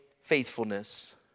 faithfulness